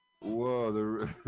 Whoa